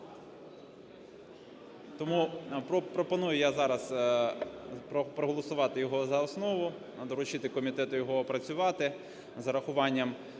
Тому пропоную я зараз проголосувати його за основу. Доручити комітету його опрацювати з урахуванням